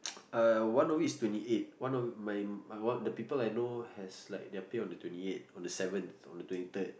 uh one of it is twenty eight one of my my one the people I know has like their pay on the twenty eight on the seventh on the twenty third